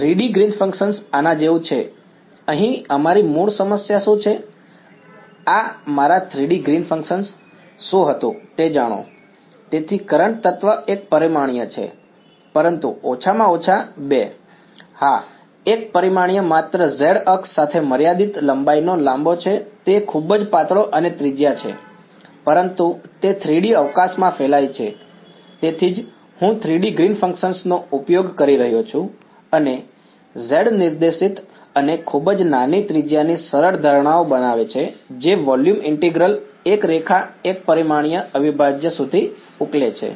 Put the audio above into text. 3D Green's function આના જેવું છે અહીં અમારી મૂળ સમસ્યા શું છે આ મારા 3D ગ્રીન્સ ફંક્શન શું હતું તે જાણો તેથી કરંટ તત્વ એક પરિમાણીય છે પરંતુ ઓછામાં ઓછા બે હા એક પરિમાણીય માત્ર z અક્ષ સાથે મર્યાદિત લંબાઈનો લાંબો છે તે ખૂબ જ પાતળો અને ત્રિજ્યા છે પરંતુ તે 3D અવકાશમાં ફેલાય છે તેથી જ હું 3D ગ્રીન્સ ફંક્શન નો ઉપયોગ કરી રહ્યો છું અને z નિર્દેશિત અને ખૂબ જ નાની ત્રિજ્યાની સરળ ધારણાઓ બનાવે છે જે વોલ્યુમ ઇન્ટિગ્રલ એક રેખા એક પરિમાણીય અવિભાજ્ય સુધી ઉકળે છે